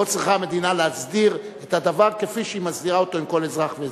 פה צריכה המדינה להסדיר את הדבר כפי שהיא מסדירה אותו עם כל אזרח ואזרח.